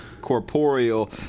corporeal